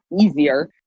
easier